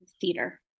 theater